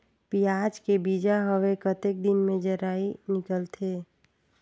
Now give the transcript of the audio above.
पियाज के बीजा हवे कतेक दिन मे जराई निकलथे?